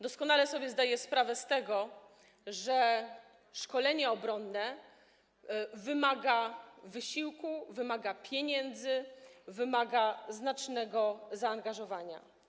Doskonale sobie zdaję sprawę z tego, że szkolenie obronne wymaga wysiłku, wymaga pieniędzy, wymaga znacznego zaangażowania.